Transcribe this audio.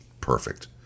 perfect